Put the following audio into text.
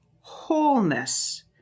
wholeness